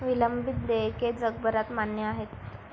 विलंबित देयके जगभरात मान्य आहेत